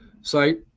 site